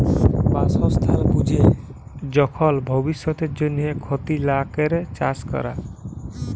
বাসস্থাল বুঝে যখল ভব্যিষতের জন্হে ক্ষতি লা ক্যরে চাস ক্যরা